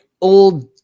old